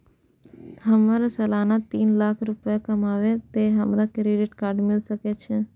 हमर सालाना तीन लाख रुपए कमाबे ते हमरा क्रेडिट कार्ड मिल सके छे?